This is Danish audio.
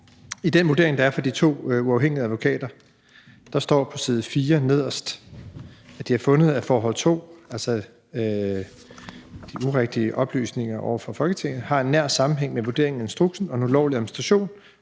I den vurdering, der er fra de to uafhængige advokater, står der nederst på side 4: »Vi har fundet, at forhold 2« – altså de urigtige oplysninger over for Folketinget – »har en nær sammenhæng med vurderingen af instruksen og den ulovlige administration